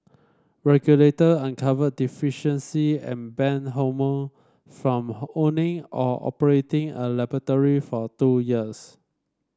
regulator uncovered deficiencies and banned Holme from owning or operating a laboratory for two years